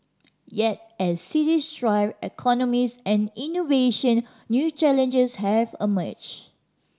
yet as cities drive economies and innovation new challenges have emerged